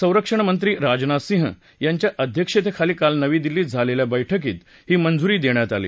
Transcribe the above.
संरक्षण मंत्री राजनाथ सिंह यांच्या अध्यक्षतेखाली काल नवी दिलीत झालेल्या बैठकीत ही मंजुरी देण्यात आली